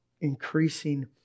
increasing